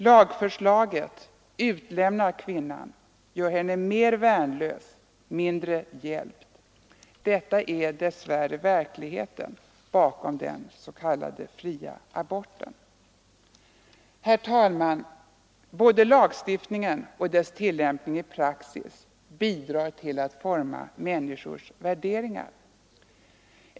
Lagförslaget utlämnar kvinnan, gör henne mer värnlös, mindre hjälpt. Detta är dess värre verkligheten bakom den s.k. fria aborten. Herr talman! Både lagstiftningen och dess tillämpning i praxis bidrar till att forma människors värderingar.